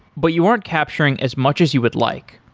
but you aren't capturing as much as you would like.